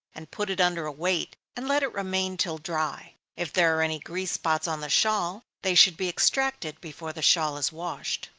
and put it under a weight, and let it remain till dry. if there are any grease spots on the shawl, they should be extracted before the shawl is washed.